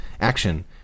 action